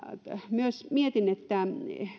myös mietin että kun nuo